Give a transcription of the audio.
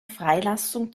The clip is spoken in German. freilassung